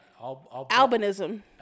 Albinism